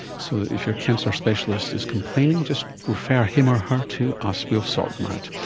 so if you're cancer specialist is complaining, just refer him or her to us, we'll sort them out.